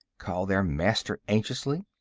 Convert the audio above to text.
called their master, anxiously.